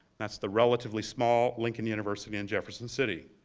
that's the relatively small lincoln university in jefferson city.